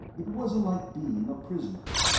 it wasn't like being a prisoner.